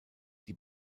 die